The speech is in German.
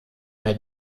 mehr